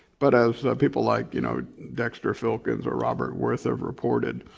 but as people like, you know, dexter filkins or robert worth have reported,